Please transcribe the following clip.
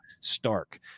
stark